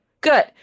Good